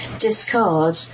discard